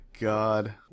god